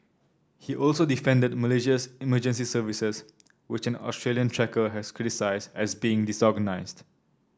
he also defended Malaysia's emergency services which an Australian trekker had criticised as being disorganised